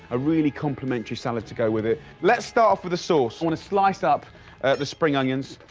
a really complimentary salad to go with it. lets start off with the sauce. we'll slice up the spring onions.